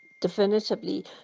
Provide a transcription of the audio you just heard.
definitively